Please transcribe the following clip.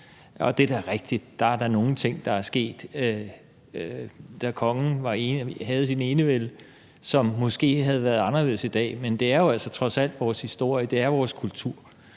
Og det er da rigtigt, at der da skete nogle ting, da kongen havde enevælde, som måske havde været anderledes i dag, men det er jo altså trods alt vores historie, det er vores kultur,